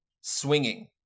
swinging